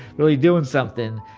really doing something.